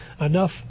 enough